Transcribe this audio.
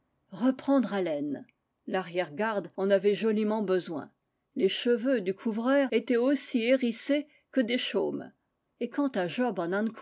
reprendre haleine l'arrière-garde en avait joliment be soin les cheveux du couvreur étaient aussi hérissés que des chaumes et quant à job